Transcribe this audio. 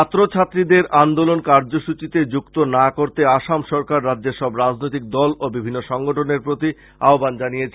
ছাত্র ছাত্রীদের আন্দোলন কার্যসূচীতে যুক্ত না করতে আসাম সরকার রাজ্যের সব রাজনৈতিক দল ও বিভিন্ন সংগঠনের প্রতি আহবান জানিয়েছেন